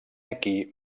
aquí